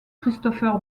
christopher